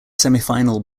semifinal